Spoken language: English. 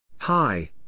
Hi